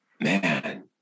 man